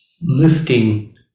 lifting